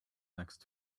next